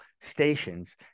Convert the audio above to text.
stations